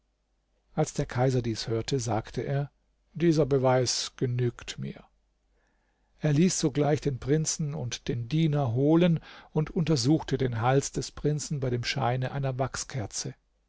als der kaiser dies hörte sagte er dieser beweis genügt mir er ließ sogleich den prinzen und den diener holen und untersuchte den hals des prinzen bei dem scheine einer wachskerze